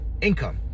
income